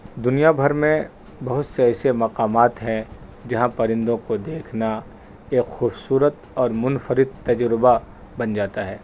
دنیا بھر میں بہت سے ایسے مقامات ہیں جہاں پرندوں کو دیکھنا ایک خوبصورت اور منفرد تجربہ بن جاتا ہے